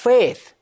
Faith